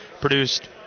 produced